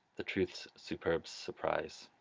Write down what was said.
the truth's superb surprise,